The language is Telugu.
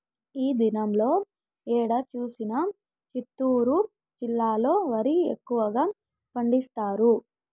ఈ దినాల్లో ఏడ చూసినా చిత్తూరు జిల్లాలో వరి ఎక్కువగా పండిస్తారు